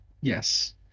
yes